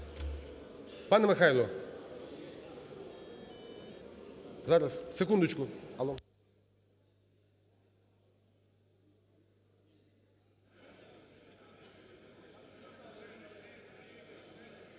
Пане Михайло, зараз, секундочку.